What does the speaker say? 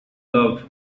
love